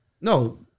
No